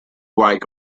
like